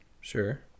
Sure